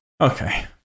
Okay